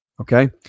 Okay